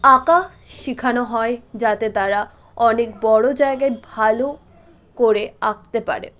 আঁকা শিখানো হয় যাতে তারা অনেক বড়ো জায়গায় ভালো করে আঁকতে পারে